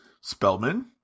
Spellman